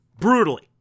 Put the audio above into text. Brutally